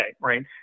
right